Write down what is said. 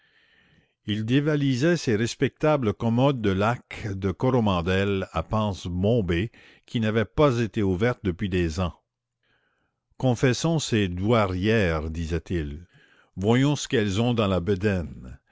il dévalisait ses respectables commodes de laque de coromandel à panse bombée qui n'avaient pas été ouvertes depuis des ans confessons ces douairières disait-il voyons ce qu'elles ont dans la bedaine